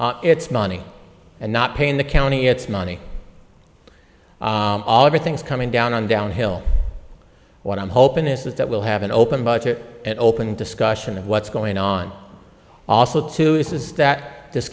district it's money and not paying the county its money all everything's coming down on downhill what i'm hoping is that we'll have an open budget and open discussion of what's going on also too is that this